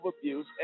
abuse